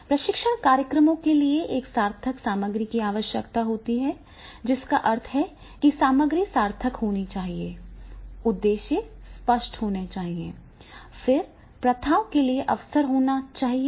प्रशिक्षण कार्यक्रमों के लिए एक सार्थक सामग्री की आवश्यकता होती है जिसका अर्थ है कि सामग्री सार्थक होनी चाहिए उद्देश्य स्पष्ट होने चाहिए फिर प्रथाओं के लिए अवसर होने चाहिए